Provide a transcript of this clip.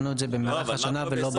שמנו את זה במהלך השנה ולא בבסיס.